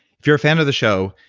if you're a fan of the show,